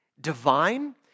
Divine